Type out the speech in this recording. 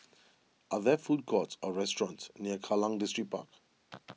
are there food courts or restaurants near Kallang Distripark